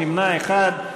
יש נמנע אחד.